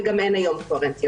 וגם אין היום קוהרנטיות.